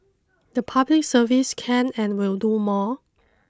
the Public Service can and will do more